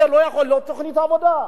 זה לא יכול להיות תוכנית העבודה.